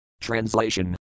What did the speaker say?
Translation